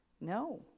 No